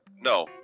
No